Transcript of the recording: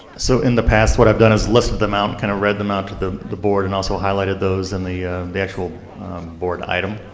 so in the past, what i've done is listed them out and kind of read them out to the the board, and also highlighted those in the the actual board item.